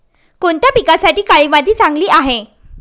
कोणत्या पिकासाठी काळी माती चांगली आहे?